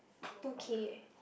two K eh